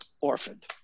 orphaned